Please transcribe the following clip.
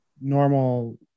normal